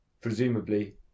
presumably